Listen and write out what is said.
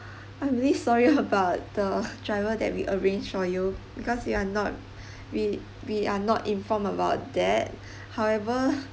I'm really sorry about the driver that we arrange for you because you are not we we are not informed about that however